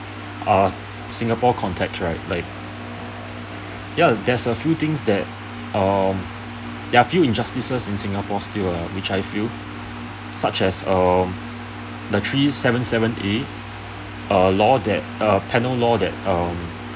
uh singapore context right like ya there's a few things that um there are few injustices in singapore still ah which I feel such as um the three seven seven A a law that a penal law that um